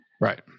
Right